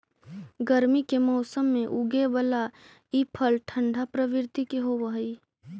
गर्मी के मौसम में उगे बला ई फल ठंढा प्रवृत्ति के होब हई